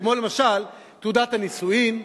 כמו למשל תעודת הנישואים,